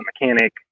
mechanic